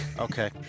Okay